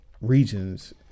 regions